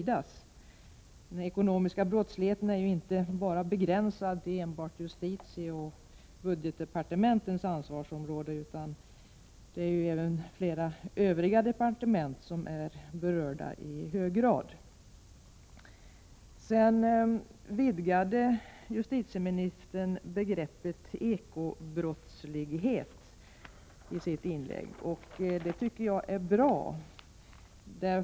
Den ekonomiska brottsligheten är inte begränsad enbart till justitieoch budgetdepartementens ansvarsområden, utan även flera övriga departement är i hög grad berörda. Justitieministern gjorde i sitt inlägg en utvidgning av begreppet ekobrottslighet, och det tycker jag är bra.